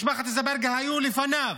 משפחת אזברגה היו לפניו.